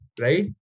right